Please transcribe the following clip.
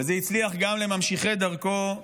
וזה הצליח גם לממשיכי דרכו,